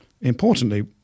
importantly